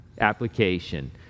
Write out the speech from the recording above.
Application